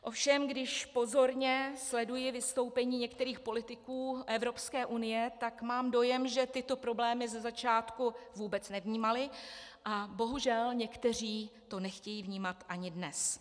Ovšem když pozorně sleduji vystoupení některých politiků EU, tak mám dojem, že tyto problémy ze začátku vůbec nevnímali a bohužel někteří to nechtějí vnímat ani dnes.